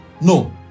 no